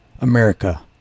America